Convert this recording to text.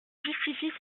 justifie